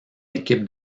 équipe